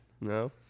No